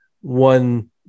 one